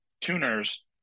tuners